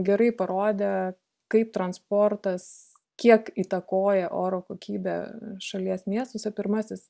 gerai parodė kaip transportas kiek įtakoja oro kokybę šalies miestuose pirmasis